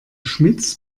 schmitz